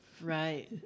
Right